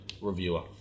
reviewer